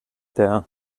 der